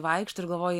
vaikšto ir galvojai